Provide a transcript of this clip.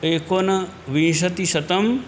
एकोनविंशतिशतम्